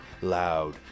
loud